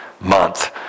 month